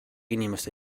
inimeste